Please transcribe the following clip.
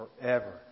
forever